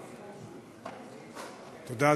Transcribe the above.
תודה,